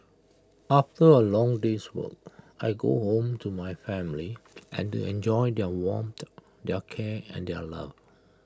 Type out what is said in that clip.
after A long day's work I go home to my family and to enjoy their warmth their care and their love